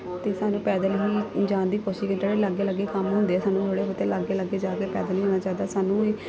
ਅਤੇ ਸਾਨੂੰ ਪੈਦਲ ਹੀ ਜਾਣ ਦੀ ਪ੍ਰੋਸੀਕੇਟ ਲਾਗੇ ਲੱਗੇ ਕੰਮ ਹੁੰਦੇ ਆ ਸਾਨੂੰ ਥੋੜ੍ਹੇ ਬਹੁਤੇ ਲਾਗੇ ਲਾਗੇ ਜਾ ਕੇ ਪੈਦਲ ਜਾਣਾ ਚਾਹੀਦਾ ਸਾਨੂੰ ਵੀ